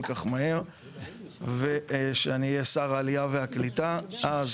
כך מהר ושאני אהיה שר העלייה והקליטה אז,